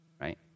right